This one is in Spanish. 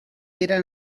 era